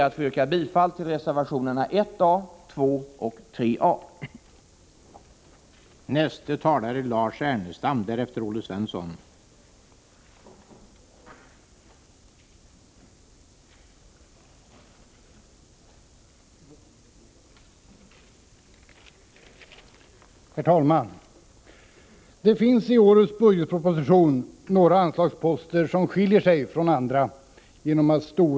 Jag yrkar bifall till reservationerna 1 a, 2 och 3 a.